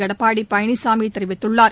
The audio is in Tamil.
எடப்பாடிபழனிசாமிதெரிவித்துள்ளார்